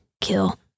kill